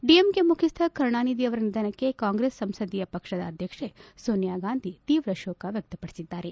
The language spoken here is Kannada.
ಡಿಎಂಕೆ ಮುಖ್ಯಸ್ಥ ಕರುಣಾನಿಧಿ ಅವರ ನಿಧನಕ್ಕೆ ಕಾಂಗ್ರೆಸ್ ಸಂಸದೀಯ ಪಕ್ಷದ ಅಧ್ಯಕ್ಷೆ ಸೋನಿಯಾ ಗಾಂಧಿ ತೀವ್ರ ಶೋಕ ವ್ಯಕ್ತಪಡಿಸಿದ್ದಾರೆ